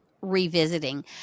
revisiting